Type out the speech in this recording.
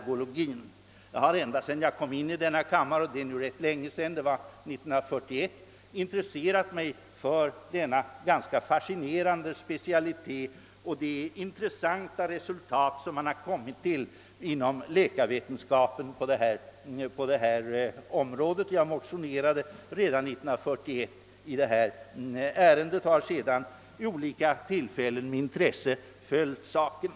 Jag har ända sedan jag kom in i denna kammare för länge sedan — år 1941 — intresserat mig för denna fascinerande specialitet och de intressanta resultat som läkarvetenskapen har kommit till inom detta område. Jag motionerade redan 1941 i detta ärende och har sedan vid olika tillfällen med intresse följt frågan.